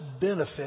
benefit